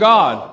God